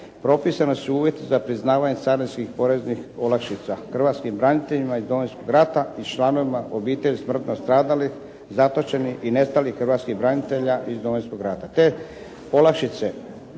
propisani su uvjeti za priznavanje carinskih poreznih olakšica hrvatskim braniteljima iz Domovinskog rata i s članovima obitelji smrtno stradalih, zatočenih i nestalih hrvatskih branitelja iz Domovinskog rata.